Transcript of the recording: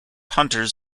hunters